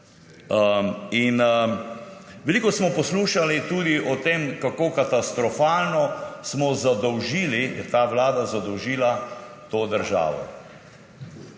Veliko smo poslušali tudi o tem, kako katastrofalno smo zadolžili, je ta vlada zadolžila to državo.